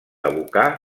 abocar